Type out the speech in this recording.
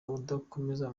udakomeza